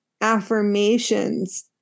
affirmations